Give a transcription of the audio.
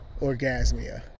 Orgasmia